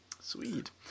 Sweet